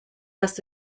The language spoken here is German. hast